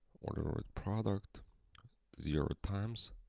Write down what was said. ordered ordered product zero times